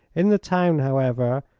in the town, however,